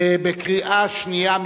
בקריאה שנייה,